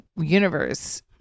universe